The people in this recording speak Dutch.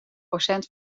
procent